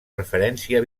referència